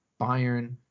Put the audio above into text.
Bayern